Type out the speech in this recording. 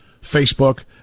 Facebook